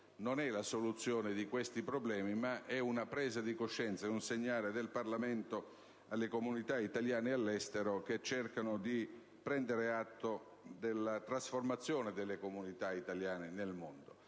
non è la soluzione di questi problemi, ma una presa di coscienza, un segnale del Parlamento alle comunità italiane all'estero che cercano di prendere atto della trasformazione delle comunità italiane nel mondo.